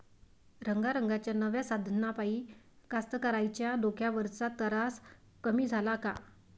रंगारंगाच्या नव्या साधनाइपाई कास्तकाराइच्या डोक्यावरचा तरास कमी झाला का?